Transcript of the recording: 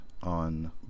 on